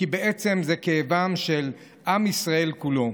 כי בעצם זה כאבו של עם ישראל כולו.